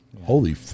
Holy